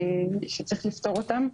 שצריך לפתור אותם.